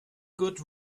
good